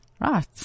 Right